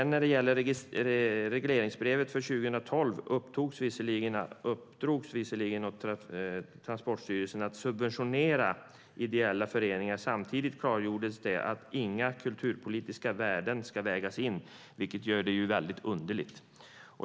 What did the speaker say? När det gäller regleringsbrevet för 2012 uppdrogs det visserligen åt Transportstyrelsen att subventionera ideella föreningar. Samtidigt klargjordes det att inga kulturpolitiska värden ska vägas in, vilket gör det väldigt underligt.